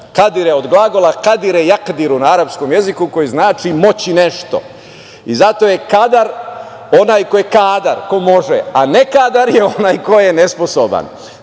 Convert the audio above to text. moćan, od glagola – kadire na arapskom jeziku koji znači moći nešto. Zato je kadar onaj koji je kadar, ko može, a ne kadar je onaj koji je nesposoban.